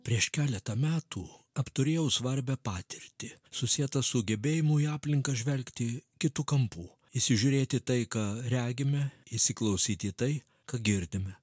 prieš keletą metų apturėjau svarbią patirtį susietą su gebėjimu į aplinką žvelgti kitu kampu įsižiūrėti tai ką regime įsiklausyti į tai ką girdime